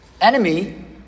Enemy